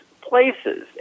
places